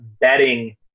betting